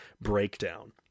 breakdown